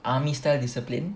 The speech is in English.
army style discipline